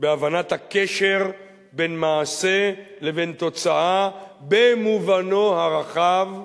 בהבנת הקשר בין מעשה לבין תוצאה במובנו הרחב,